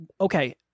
okay